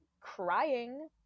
crying